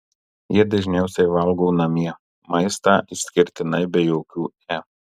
jie dažniausiai valgo namie maistą išskirtinai be jokių e